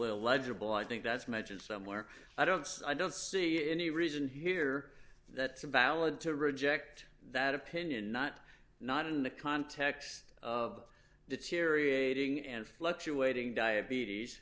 illegible i think that's mentioned somewhere i don't i don't see any reason here that's a ballad to reject that opinion not not in the context of deteriorating and fluctuating diabetes